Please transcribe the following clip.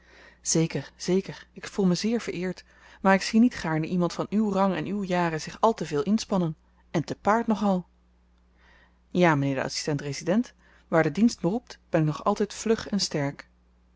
zeker zeker ik voel me zeer vereerd maar ik zie niet gaarne iemand van uw rang en uw jaren zich al te veel inspannen en te paard nogal ja mynheer de adsistent resident waar de dienst me roept ben ik nog altyd vlug en sterk